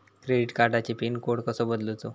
Credit कार्डची PIN code कसो बदलुचा?